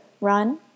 run